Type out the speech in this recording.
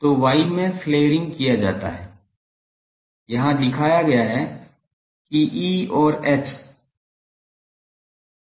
तो y में flaring किया जाता है यहां दिखाया गया है कि E और H